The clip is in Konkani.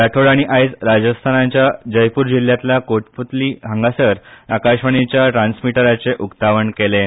राठोड हांणी आयज राजस्थानाच्या जयपूर जिल्ल्यांतल्या कोटपूतली हांगासर आकाशवाणीच्या ट्रान्समिटराचें उकतावण केलें